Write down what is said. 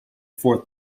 fourth